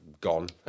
gone